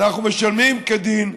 אנחנו משלמים כדין.